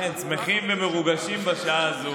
כן, שמחים ומרוגשים בשעה הזו.